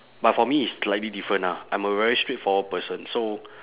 but for me it's slightly different ah I'm a very straightforward person so